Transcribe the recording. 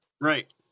Right